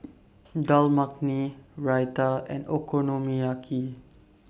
Dal Makhani Raita and Okonomiyaki